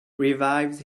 revives